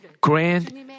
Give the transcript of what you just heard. grand